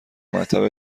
مطب